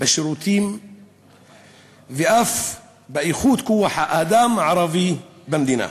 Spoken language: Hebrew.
בשירותים ואף באיכות כוח-האדם הערבי במדינה.